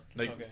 Okay